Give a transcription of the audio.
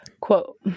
quote